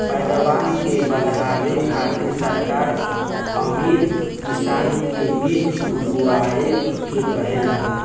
पैदावार के बढ़ावे खातिर सरकार अमीर किसान के बीज उगाए के कहेले